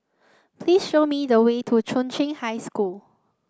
please show me the way to Chung Cheng High School